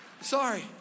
Sorry